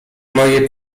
moje